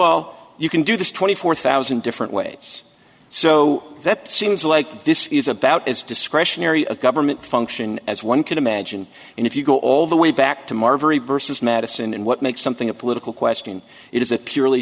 all you can do this twenty four thousand different ways so that seems like this is about as discretionary a government function as one could imagine and if you go all the way back to marbury vs madison and what makes something a political question it is a purely